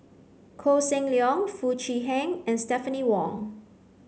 Koh Seng Leong Foo Chee Han and Stephanie Wong